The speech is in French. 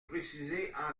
préciser